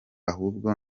ahubwo